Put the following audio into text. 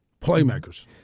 Playmakers